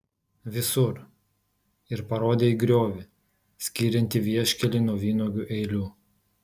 visur ir parodė į griovį skiriantį vieškelį nuo vynuogių eilių